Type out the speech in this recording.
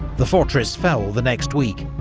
the fortress fell the next week,